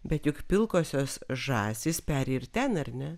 bet juk pilkosios žąsys peri ir ten ar ne